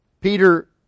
Peter